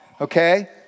okay